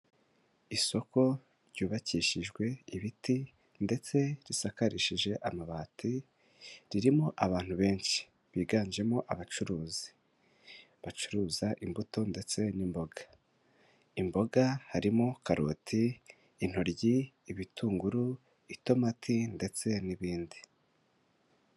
Isoko ryubakishijwe ibiti ndetse risakarishije amabati, ririmo abantu benshi biganjemo abacuruzi, bacuruza imbuto ndetse n'imboga. Imboga harimo karoti, intoryi, ibitunguru, itomati, ndetse n'ibindi.